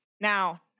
Now